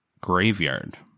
graveyard